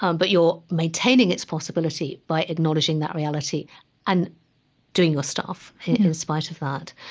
um but you're maintaining its possibility by acknowledging that reality and doing your stuff in spite of that.